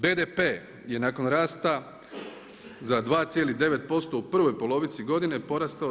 BDP je nakon rasta za 2,9% u prvoj polovici godine porastao 2,7%